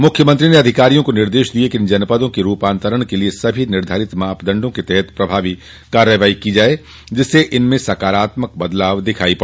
मुख्यमंत्री ने अधिकारियों को निर्देश दिये कि इन जनपदों क रूपान्तरण के लिए सभी निर्धारित मापदण्डों के तहत प्रभावी कार्यवाही की जाए जिससे इनमें सकारात्मक बदलाव दिखाई दे